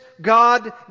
God